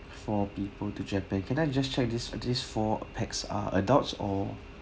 four people to japan can I just check this this four pax are adults or